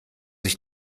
ich